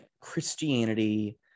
Christianity